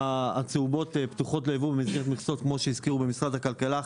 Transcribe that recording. הצהובות פתוחות לייבוא במסגרת מכסות כמו שהזכירו במשרד הכלכלה.